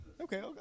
Okay